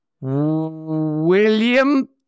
William